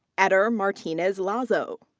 edder martinez lazo.